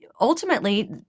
Ultimately